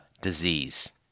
disease